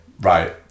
right